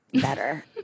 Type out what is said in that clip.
better